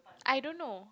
I don't know